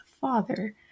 father